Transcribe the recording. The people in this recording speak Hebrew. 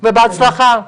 ובהצלחה.